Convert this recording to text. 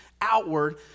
outward